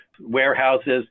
warehouses